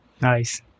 nice